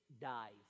dies